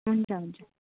हुन्छ हुन्छ